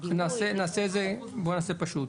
בוא נעשה פשוט,